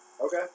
Okay